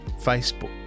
Facebook